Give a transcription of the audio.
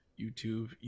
YouTube